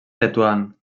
tetuan